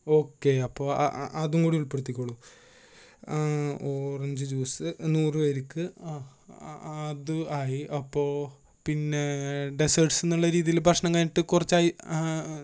ഒക്കെ അപ്പോൾ അതുംകൂടി ഉൾപ്പെടുത്തിക്കൊള്ളൂ ഓറഞ്ച് ജ്യൂസ് നൂറു പേർക്ക് അത് ആയി അപ്പോൾ പിന്നെ ഡെസ്സേർട്ട്സുനുള്ള രീതിയിൽ ഭക്ഷണം കഴിഞ്ഞിട്ട് കുറച്ച് ഐ